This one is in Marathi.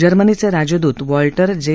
जर्मनीचे राजदुत वॉल्टर जे